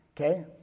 Okay